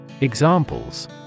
Examples